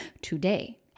today